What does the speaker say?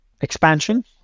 Expansion